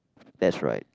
that's right